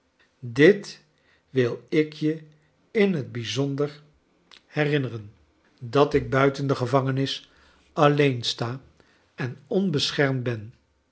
dit wil ik je in het bij zonder hercharles dickens inneren dat ik buiten de gevangenis allcen sta en onbeschermd ben